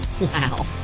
Wow